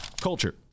Culture